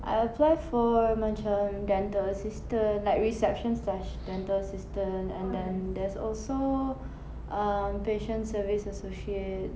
I apply for macam dental assistant like reception slash dental assistant and then there's also uh patient service associate